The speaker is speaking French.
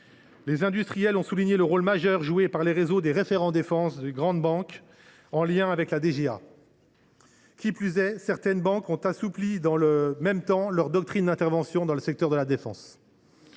Les industriels ont souligné le rôle majeur joué par le réseau des référents défense au sein des grandes banques, en lien avec la DGA. Dans le même temps, certaines banques ont assoupli leur doctrine d’intervention dans le secteur de la défense.